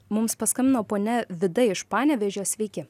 mums paskambino ponia vida iš panevėžio sveiki